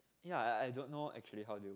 ya I I don't know actually how they work